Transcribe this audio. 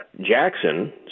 jackson